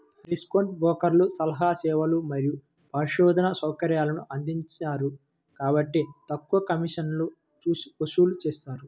discount బ్రోకర్లు సలహా సేవలు మరియు పరిశోధనా సౌకర్యాలను అందించరు కాబట్టి తక్కువ కమిషన్లను వసూలు చేస్తారు